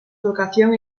educación